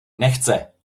nechce